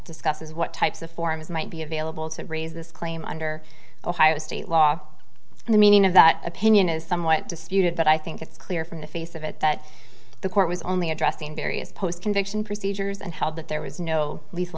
discusses what types of forms might be available to raise this claim under ohio state law and the meaning of that opinion is somewhat disputed but i think it's clear from the face of it that the court was only addressing various post conviction procedures and held that there was no lethal